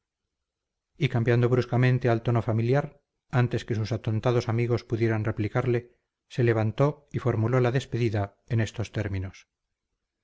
y cambiando bruscamente al tono familiar antes que sus atontados amigos pudieran replicarle se levantó y formuló la despedida en estos términos